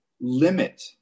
limit